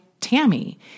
Tammy